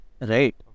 Right